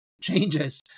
changes